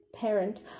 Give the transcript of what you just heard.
parent